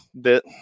bit